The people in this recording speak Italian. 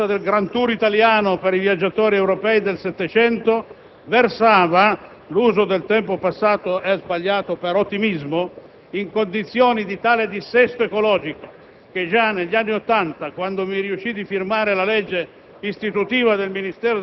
un patrimonio storico, culturale e naturale unico al mondo, tappa obbligata del *grand tour* italiano dei viaggiatori europei del Settecento, che versava - l'uso del tempo passato è sbagliato per ottimismo - in condizioni tali di dissesto ecologico